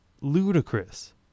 ludicrous